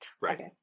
Right